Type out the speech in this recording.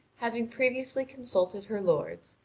having previously consulted her lords,